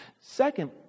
Second